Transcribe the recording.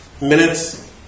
minutes